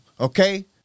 okay